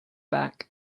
back